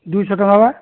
ଦୁଇ ଶହ ଟଙ୍କା ପା